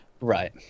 Right